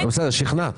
בסדר, שכנעת.